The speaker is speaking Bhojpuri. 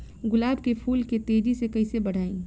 गुलाब के फूल के तेजी से कइसे बढ़ाई?